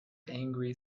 angry